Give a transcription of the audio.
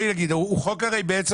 זהו חוק חלול, בעצם,